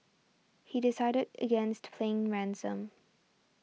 he decided against paying ransom